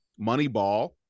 Moneyball